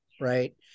right